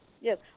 Yes